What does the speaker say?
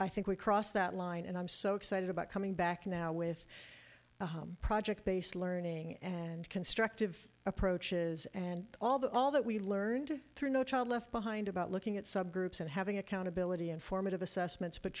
i think we crossed that line and i'm so excited about coming back now with project based learning and constructive approaches and all that all that we learned through no child left behind about looking at subgroups and having accountability and formative assessments but